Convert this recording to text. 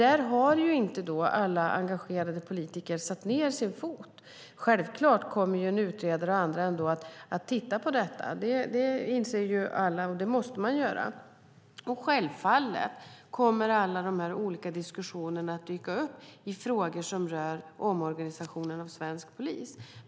Där har inte alla engagerade politiker satt ned sin fot. Självklart kommer en utredare och andra att titta på frågorna. Det inser alla. Det måste ske. Självfallet kommer alla diskussionerna att dyka upp i frågor som rör omorganisationen av svensk polis.